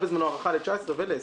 להאריך את זה ל-2019 ול-2020.